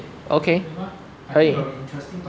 okay 可以